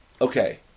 okay